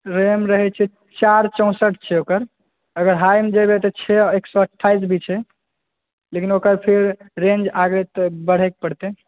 RAM रहैत छै चारि चौँसठि छै ओकर अगर हाइमे जेबै तऽ छओ एक सए अठ्ठाइस भी छै लेकिन ओकर फेर रेंज आगे बढ़ैके पड़तै